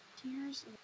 Tears